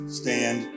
stand